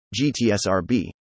GTSRB